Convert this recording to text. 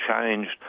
changed